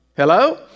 Hello